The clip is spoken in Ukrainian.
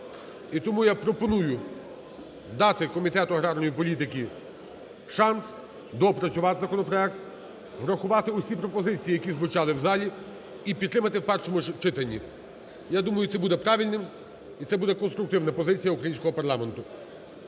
І тому я пропоную дати комітету аграрної політики шанс доопрацювати законопроект, врахувати всі пропозиції, які звучали в залі, і підтримати в першому читанні. Я думаю, це буде правильним і це буде конструктивна позиція українського парламенту.